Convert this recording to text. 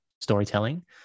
storytelling